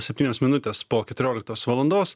septynios minutės po keturioliktos valandos